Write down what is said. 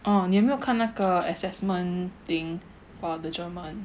orh 你有没有看那个 assessment thing for the German